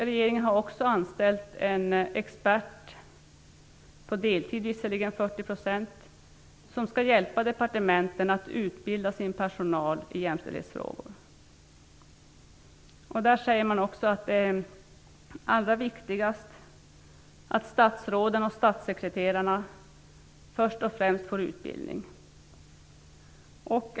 Regeringen har också anställt en expert, visserligen på deltid med 40 %, som skall hjälpa departementen att utbilda sin personal i jämställdhetsfrågor. Det sägs också att det är allra viktigast att först och främst statsråden och statssekreterarna får utbildning.